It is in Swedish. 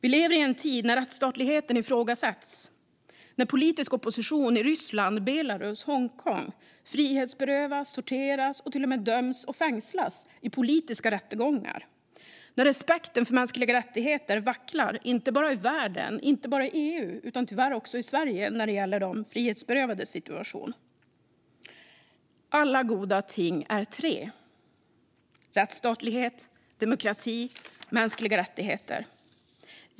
Vi lever i en tid när rättsstatligheten ifrågasätts, när politisk opposition i Ryssland, Belarus och Hongkong frihetsberövas, torteras och till och med döms och fängslas i politiska rättegångar och när respekten för mänskliga rättigheter vacklar inte bara i världen eller i EU utan tyvärr också i Sverige när det gäller de frihetsberövades situation. Alla goda ting är tre - så även när det gäller rättsstatlighet, demokrati och mänskliga rättigheter.